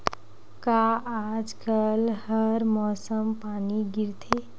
का आज कल हर मौसम पानी गिरथे?